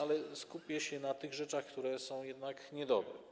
Ale skupię się na tych rzeczach, które są jednak niedobre.